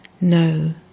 No